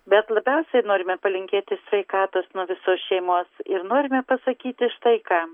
bet labiausiai norime palinkėti sveikatos nuo visos šeimos ir norime pasakyti štai ką